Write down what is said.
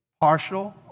Partial